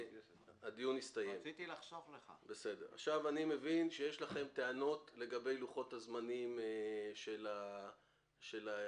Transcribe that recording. אני מבין שיש לכם טענות לגבי לוחות הזמנים של הדחיות.